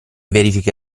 verifica